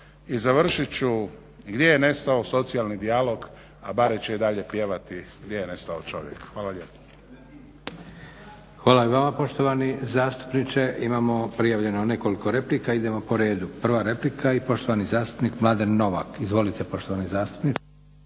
I završit ću. Gdje je nestao socijalni dijalog? A Bare će i dalje pjevati "Gdje je nestao čovjek." Hvala lijepo.